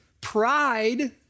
pride